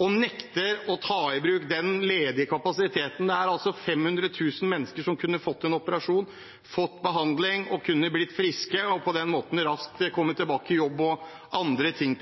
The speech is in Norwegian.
og nekter å ta i bruk den ledige kapasiteten. Det er altså 500 000 mennesker som kunne fått en operasjon, fått behandling, kunne blitt friske og på den måten raskt kommet tilbake i jobb og andre ting.